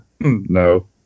No